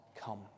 come